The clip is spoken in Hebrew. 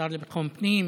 השר לביטחון פנים,